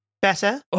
better